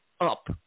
up